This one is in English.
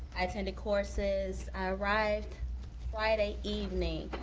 i attended courses, i arrived friday evening.